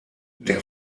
der